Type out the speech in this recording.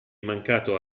mancato